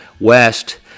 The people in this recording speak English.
West